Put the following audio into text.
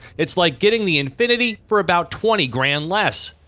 it's like getting the infiniti for about twenty grand less.